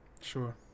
Sure